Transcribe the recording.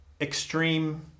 extreme